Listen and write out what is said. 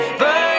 burn